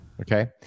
Okay